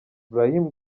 brahim